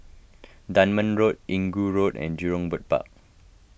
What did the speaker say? Dunman Road Inggu Road and Jurong Bird Park